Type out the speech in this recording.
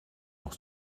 nog